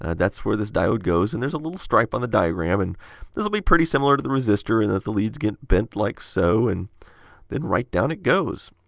that's where the diode goes and there's a little stripe on the diagram. and this will be pretty similar to the resistor in that the leads get bent like so. and then right down it goes!